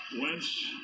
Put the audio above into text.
Wentz